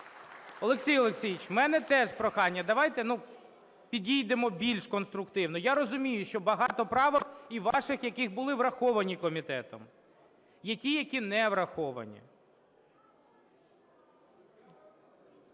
Олексій Олексійович, у мене теж прохання: давайте підійдемо більш конструктивно. Я розумію, що багато правок і ваших, які були враховані комітетом; є ті, які не враховані.